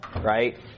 right